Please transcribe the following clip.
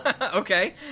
Okay